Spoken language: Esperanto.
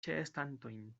ĉeestantojn